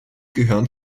gehören